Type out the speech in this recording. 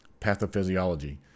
Pathophysiology